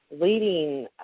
leading